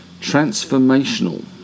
transformational